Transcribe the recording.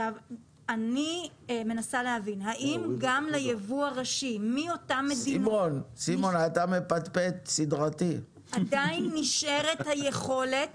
אני מנסה להבין האם גם ליבוא הראשי מאותן מדינות עדיין נשארת היכולת